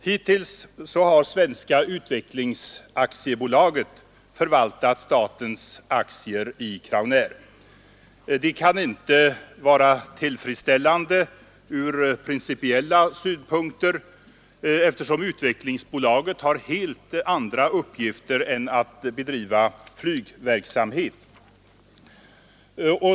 Hittills har Svenska utvecklingsaktiebolaget förvaltat statens aktier i Crownair. Det kan inte vara tillfredsställande ur principiella synpunkter, eftersom utvecklingsbolaget har helt andra uppgifter än att bedriva flygverksamhet.